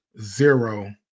zero